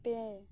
ᱯᱮ